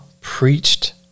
preached